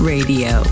Radio